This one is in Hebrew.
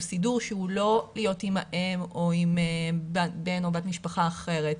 סידור שהוא לא להיות עם האם או עם בן או בת משפחה אחרים.